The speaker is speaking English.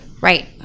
Right